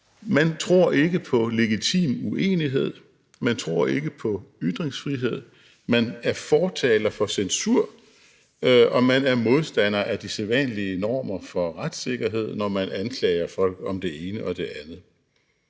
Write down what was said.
Man tror ikke på legitim uenighed; man tror ikke på ytringsfrihed; man er fortaler for censur; og man er modstander af de sædvanlige normer for retssikkerhed, når man anklager folk for det ene og det andet.